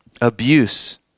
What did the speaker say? Abuse